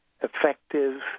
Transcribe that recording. effective